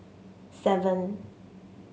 seven